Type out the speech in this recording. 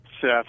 Seth